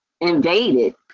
invaded